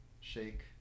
shake